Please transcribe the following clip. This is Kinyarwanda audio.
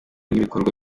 n’ibikorwa